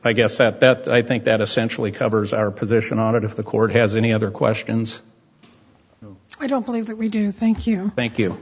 i guess that that i think that essentially covers our position on it if the court has any other questions i don't believe that we do thank you thank you